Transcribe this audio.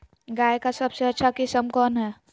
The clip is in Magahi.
गाय का सबसे अच्छा किस्म कौन हैं?